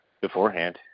beforehand